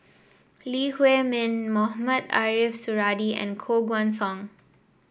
Lee Huei Min Mohamed Ariff Suradi and Koh Guan Song